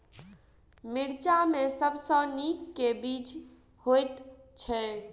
मिर्चा मे सबसँ नीक केँ बीज होइत छै?